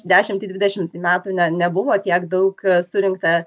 dešimtį dvidešimtį metų ne nebuvo tiek daug surinkta